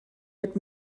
mit